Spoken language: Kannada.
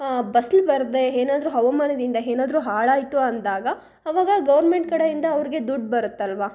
ಫಸ್ಲು ಬರದೇ ಏನಾದ್ರು ಹವಾಮಾನದಿಂದ ಏನಾದ್ರು ಹಾಳಾಯಿತು ಅಂದಾಗ ಅವಾಗ ಗೌರ್ಮೆಂಟ್ ಕಡೆಯಿಂದ ಅವ್ರಿಗೆ ದುಡ್ಡು ಬರುತ್ತಲ್ಲವಾ